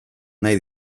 nahi